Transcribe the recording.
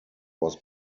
was